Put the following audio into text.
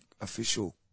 official